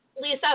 Lisa